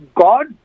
God